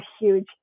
huge